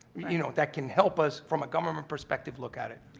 you know, that can help us from a government perspective, look at it.